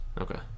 Okay